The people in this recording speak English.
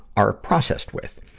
are processed with.